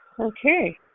Okay